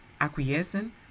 acquiescing